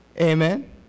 Amen